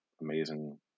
amazing